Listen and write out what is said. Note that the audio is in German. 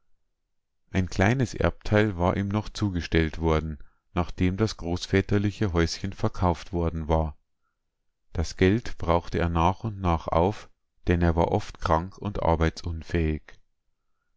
ein kleines erbteil war ihm noch zugestellt worden nachdem das großväterliche häuschen verkauft worden war das geld brauchte er nach und nach auf denn er war oft krank und arbeitsunfähig